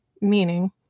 meaning